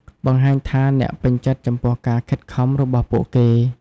បង្ហាញថាអ្នកពេញចិត្តចំពោះការខិតខំរបស់ពួកគេ។